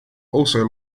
also